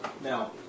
Now